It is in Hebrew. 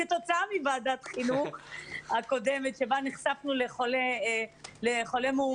כתוצאה מוועדת חינוך הקודמת שבה נחשפנו לחולה מאומת.